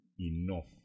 enough